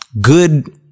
good